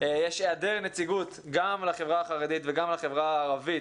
יש היעדר נציגות גם לחברה החרדית וגם לחברה הערבית